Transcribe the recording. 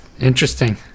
Interesting